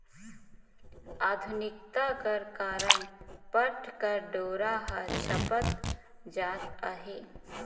आधुनिकता कर कारन पट कर डोरा हर छपत जात अहे